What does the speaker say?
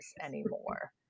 anymore